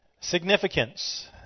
Significance